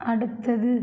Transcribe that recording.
அடுத்தது